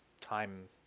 time